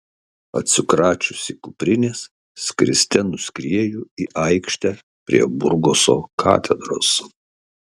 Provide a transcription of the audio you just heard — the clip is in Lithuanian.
atsikračiusi kuprinės skriste nuskrieju į aikštę prie burgoso katedros